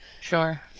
Sure